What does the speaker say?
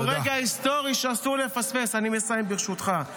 זהו רגע היסטורי שאסור לפספס, אני מסיים, ברשותך.